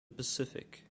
pacific